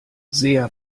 sehr